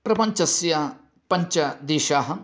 प्रपञ्चस्य पञ्चदेशाः